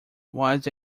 was